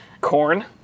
corn